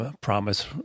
promise